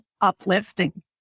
uplifting